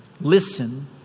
listen